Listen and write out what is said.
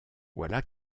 voilà